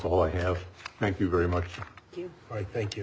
all i have thank you very much i thank you